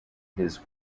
his